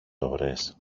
ώρες